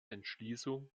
entschließung